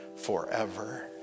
forever